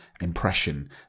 impression